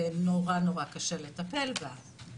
ונורא קשה לטפל בה.